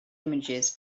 images